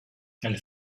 elle